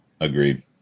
Agreed